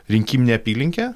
rinkiminę apylinkę